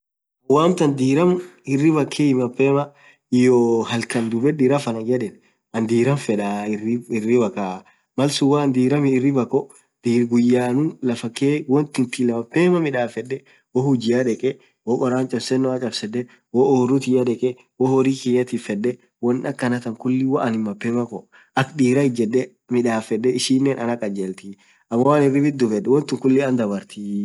woamtan diram hiribhaa kheii hiyoo halhkan dhubedhi raff annan yedhe anin dhiram fedhaa hiribha kaaa malsun woanin dhiram hiribha khoo guyyanu laffaa khee won thinthi mapema midhafedhe woo hujia dhekhe wokhoran chapsenow chapsedhe woo orru thiyaa dhekee woo horii kitaa tifedhe won akhanatha khulii woo anin mapema khoo akha dira ijedhee midhafedhe huji thinen anakhaljelthi anin woo hiribthi dhubedhu won khuliin Anna dhabarthii